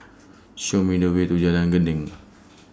Show Me The Way to Jalan Gendang